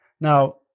Now